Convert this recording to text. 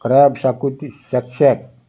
crab xacuti शेकशेक